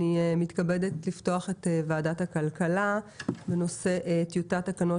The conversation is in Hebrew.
אני מתכבדת לפתוח את ועדת הכלכלה בנושא טיוטת תקנות